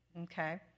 Okay